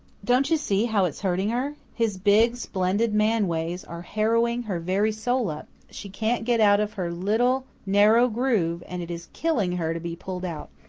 don't you see how it's hurting her? his big, splendid man-ways are harrowing her very soul up she can't get out of her little, narrow groove, and it is killing her to be pulled out.